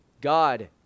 God